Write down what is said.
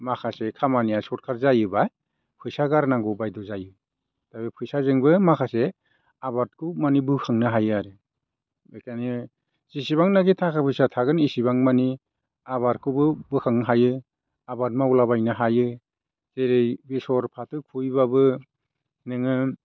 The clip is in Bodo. माखासे खामानिया सर्टखाट जायोबा फैसा गारनांगौ बायद' जायो दा बे फैसाजोंबो माखासे आबादखौ माने बोखांनो हायो आरो बेखायनो जेसेबां नाखि थाखा फैसा थागोन एसेबां माने आबादखौबो बोखांनो हायो आबाद मावला बायनो हायो जेरै बेसर फाथो खुबैबाबो नोङो